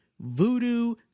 voodoo